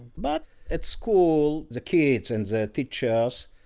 but at school, the kids and the teachers,